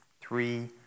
three